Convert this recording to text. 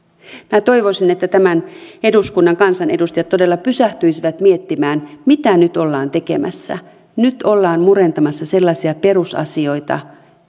minä toivoisin että tämän eduskunnan kansanedustajat todella pysähtyisivät miettimään mitä nyt ollaan tekemässä nyt ollaan murentamassa sellaisia perusasioita